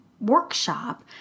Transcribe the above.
workshop